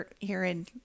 herein